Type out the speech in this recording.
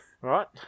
Right